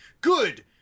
good